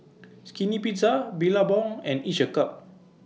Skinny Pizza Billabong and Each A Cup